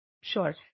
Sure